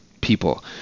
people